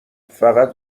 فقط